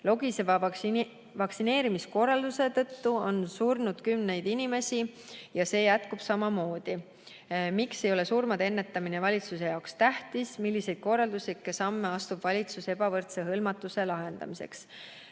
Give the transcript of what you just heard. Logiseva vaktsineerimiskorralduse tõttu on surnud kümneid inimesi ja see jätkub samamoodi. Miks ei ole nende surmade ennetamine valitsuse jaoks tähtis? Milliseid korralduslikke samme astub valitsus ebavõrdse hõlmatuse lahendamiseks?"